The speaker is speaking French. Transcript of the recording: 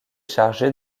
chargé